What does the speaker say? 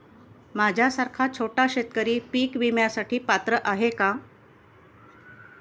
माझ्यासारखा छोटा शेतकरी पीक विम्यासाठी पात्र आहे का?